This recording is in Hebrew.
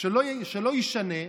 שלא יישנה,